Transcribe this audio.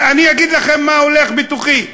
אני אגיד לכם מה הולך בתוכי.